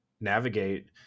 navigate